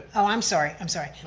um i'm sorry, i'm sorry.